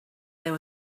there